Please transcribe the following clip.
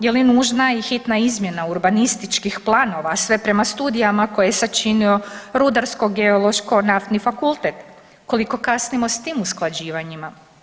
Je li nužna i hitna izmjena urbanističkih planova, a sve prema studijama koje je sačini Rudarsko-geološko naftni fakultet, koliko kasnimo s tim usklađivanjima?